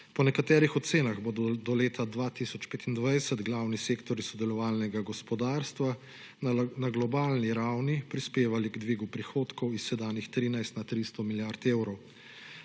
Po nekaterih ocenah bodo do leta 2025 glavni sektorji sodelovalnega gospodarstva, na globalni ravni prispevali k dvigu prihodkov iz sedanjih 13, na 300 milijard evrov.